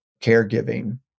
caregiving